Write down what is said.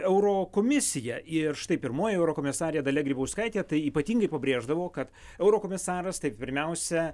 eurokomisiją ir štai pirmoji eurokomisarė dalia grybauskaitė tai ypatingai pabrėždavo kad eurokomisaras tai pirmiausia